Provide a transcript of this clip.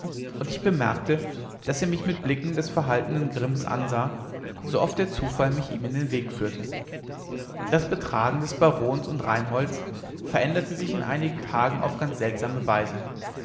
und ich bemerkte daß er mich mit blicken des verhaltenen grimms ansah sooft der zufall mich ihm in den weg führte das betragen des barons und reinholds veränderte sich in einigen tagen auf ganz seltsame weise